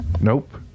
Nope